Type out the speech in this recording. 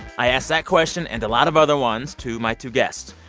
i ask that question and a lot of other ones to my two guests,